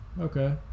okay